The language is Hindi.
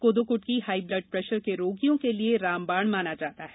कोदो कृटकी हाई ब्लड प्रेशर के रोगियों के लिए रामबाण माना जाता है